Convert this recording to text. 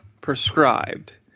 prescribed